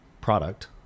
product